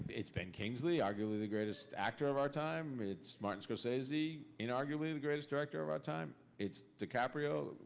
it's ben kingsley, arguably the greatest actor of our time. it's martin scorsese, unarguably the greatest director of our time. it's dicaprio,